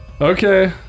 Okay